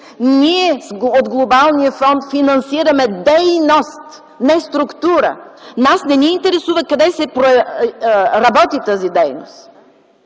„Ние от Глобалния фонд финансираме дейност – не структура! Нас не ни интересува къде се работи тази дейност.”